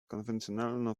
konwencjonalno